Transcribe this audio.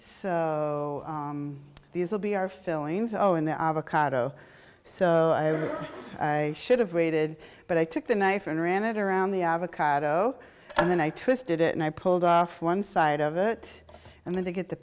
so these will be our fillings oh and the avocado so i should have waited but i took the knife and ran it around the avocado and then i twisted it and i pulled off one side of it and then to get t